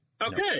Okay